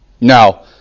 Now